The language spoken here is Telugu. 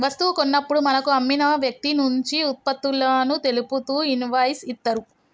వస్తువు కొన్నప్పుడు మనకు అమ్మిన వ్యక్తినుంచి వుత్పత్తులను తెలుపుతూ ఇన్వాయిస్ ఇత్తరు